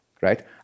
right